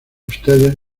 ustedes